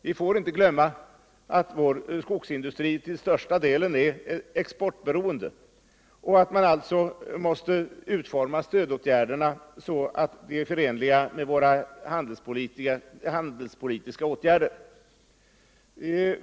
Vi får inte glömma att vår skogsindustri till största delen är exportberoende och att man därför måste utforma stödåtgärderna så att de är förenliga med våra handelspolitiska åtgärder.